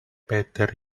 better